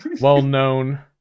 well-known